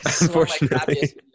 unfortunately